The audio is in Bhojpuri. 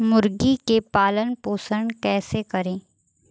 मुर्गी के पालन पोषण कैसे करी?